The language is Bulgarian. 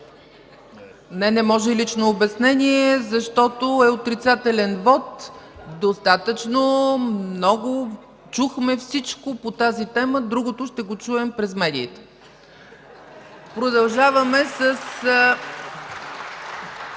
Не, не може лично обяснение, защото е отрицателен вот. Достатъчно, чухме всичко по тази тема. Другото ще го чуем през медиите. (Ръкопляскания